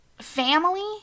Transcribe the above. family